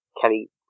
Kelly